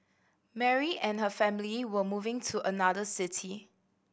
Mary and her family were moving to another city